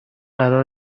قرار